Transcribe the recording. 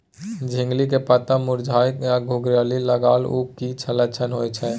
झिंगली के पत्ता मुरझाय आ घुघरीया लागल उ कि लक्षण होय छै?